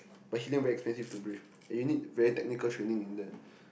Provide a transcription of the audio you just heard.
but helium very expensive to breathe and you need very technical training in there